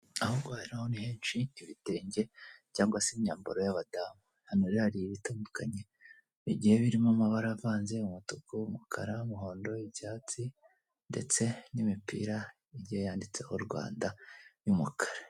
Aho guhahiraho ni henshi, ibitenge cyangwa se imyambaro y'abadamu, hano rero hari ibitandukanye, bigiye birimo amabara avanze ,umutuku, umukara, umuhondo, icyatsi ndetse n'imipira igihe yanditseho Rwanda y'umukara.